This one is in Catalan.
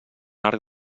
arc